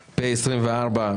התשפ"א-2021, (פ/2094/24),